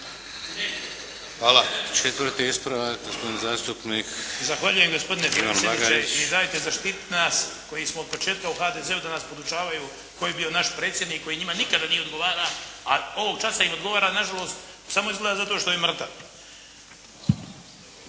Ivan Bagarić. **Bagarić, Ivan (HDZ)** Zahvaljujem gospodine predsjedniče, i dajte zaštite nas koji smo od početka u HDZ-u da nas podučavaju koji je bio naš predsjednik koji njima nikada nije odgovarao, a ovog časa im odgovara nažalost samo izgleda zašto što je mrtav.